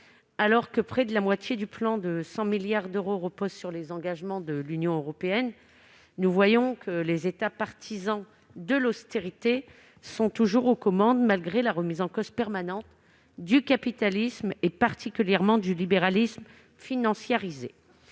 En effet, près de la moitié du plan de 100 milliards d'euros repose sur les engagements de l'Union européenne. Mais les États partisans de l'austérité sont toujours aux commandes, malgré la remise en cause permanente du capitalisme et particulièrement du libéralisme financiarisé.